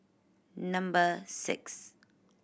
number six